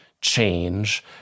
change